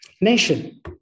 nation